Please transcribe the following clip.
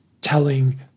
telling